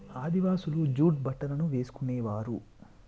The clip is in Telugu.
ఆదివాసులు జూట్ బట్టలను వేసుకునేవారు